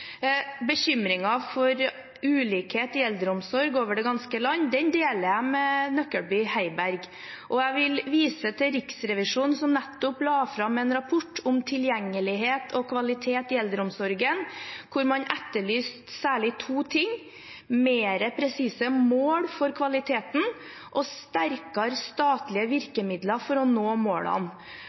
for ulikhet i eldreomsorg over det ganske land deler jeg med representanten Nøklebye Heiberg. Jeg vil vise til Riksrevisjonen, som nettopp la fram en rapport om tilgjengelighet og kvalitet i eldreomsorgen, der man etterlyste særlig to ting: mer presise mål for kvaliteten og sterkere statlige virkemidler for å nå målene.